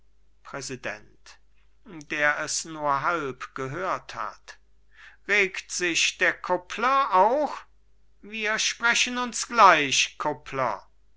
präsident der es nur halb gehört hat regt sich der kuppler auch wir sprechen uns gleich kuppler